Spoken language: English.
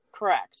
Correct